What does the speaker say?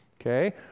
Okay